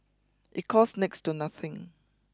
it costs next to nothing